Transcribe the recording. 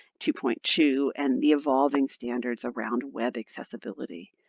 two point two, and the evolving standards around web accessibility.